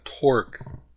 torque